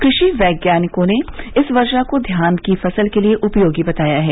कृषि वैज्ञानिकों ने इस वर्षा को धान की फसल के लिये उपयोगी बताया है